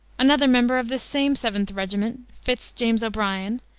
another member of this same seventh regiment, fitz james o'brien,